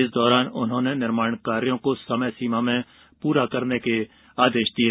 इस दौरान उन्होंने निर्माण कार्यो को समयसीमा में पूरा करने के आदेश दिये